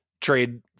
trade